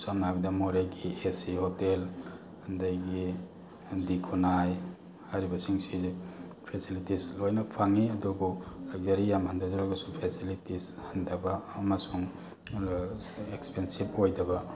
ꯁꯝꯅ ꯍꯥꯏꯕꯗ ꯃꯣꯔꯦꯒꯤ ꯑꯦ ꯁꯤ ꯍꯣꯇꯦꯜ ꯑꯗꯒꯤ ꯈꯨꯟꯅꯥꯏ ꯍꯥꯏꯔꯤꯕꯁꯤꯡꯁꯤ ꯐꯦꯁꯤꯂꯤꯇꯤꯁ ꯂꯣꯏꯅ ꯐꯪꯉꯤ ꯑꯗꯨꯕꯨ ꯂꯛꯖꯔꯤ ꯌꯥꯝ ꯍꯟꯊꯖꯔꯒꯁꯨ ꯐꯦꯁꯤꯂꯤꯇꯤꯁ ꯍꯟꯊꯕ ꯑꯃꯁꯨꯡ ꯑꯗꯨꯒ ꯑꯦꯛꯁꯄꯦꯟꯁꯤꯞ ꯑꯣꯏꯗꯕ